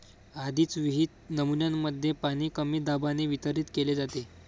आधीच विहित नमुन्यांमध्ये पाणी कमी दाबाने वितरित केले जाते